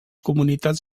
comunitats